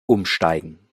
umsteigen